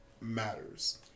matters